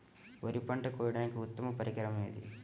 వరి పంట కోయడానికి ఉత్తమ పరికరం ఏది?